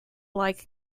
like